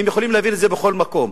הם יכולים להעביר את זה בכל מקום.